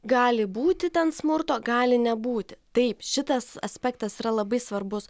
gali būti ten smurto gali nebūti taip šitas aspektas yra labai svarbus